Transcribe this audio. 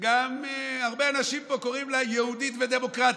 שגם הרבה אנשים פה קוראים לה יהודית ודמוקרטית,